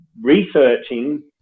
researching